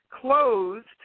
closed